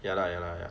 ya lah ya lah ya